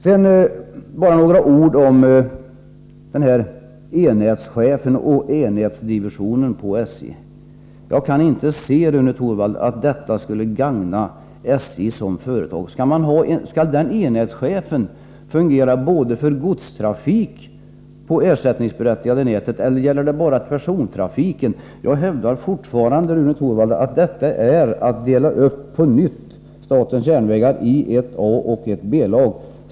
Sedan bara några ord om den av centern föreslagna enhetschefen och divisionen inom SJ. Jag kan inte se, Rune Torwald, att ert förslag skulle gagna SJ som företag. Skulle denna enhetschef fungera för både persontrafiken och godstrafiken på det ersättningsberättigade nätet, eller gäller det bara persontrafiken? Jag hävdar fortfarande, Rune Torwald, att ert förslag innebär att man på nytt delar upp statens järnvägar i ett A och ett B-lag.